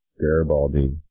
Garibaldi